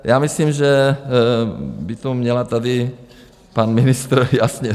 Já myslím, že by to měl tady pan ministr jasně říct.